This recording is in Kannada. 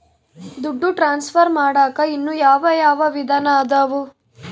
ದುಡ್ಡು ಟ್ರಾನ್ಸ್ಫರ್ ಮಾಡಾಕ ಇನ್ನೂ ಯಾವ ಯಾವ ವಿಧಾನ ಅದವು?